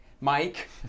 mike